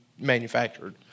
manufactured